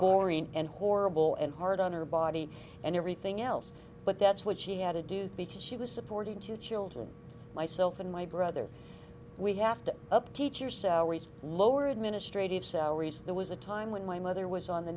boring and horrible and hard on her body and everything else but that's what she had to do because she was supporting two children myself and my brother we have to up teacher so lower administrative cell research there was a time when my mother was on the